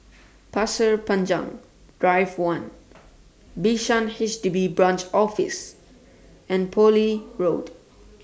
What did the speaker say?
Pasir Panjang Drive one Bishan HDB Branch Office and Poole Road